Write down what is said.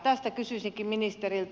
tästä kysyisinkin ministeriltä